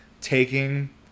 taking